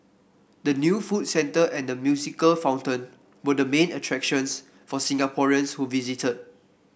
the new food centre and the musical fountain were the main attractions for Singaporeans who visited